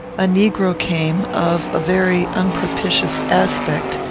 a negro came, of a very unpropitious aspect,